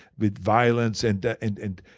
with violence and, and and